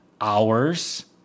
hours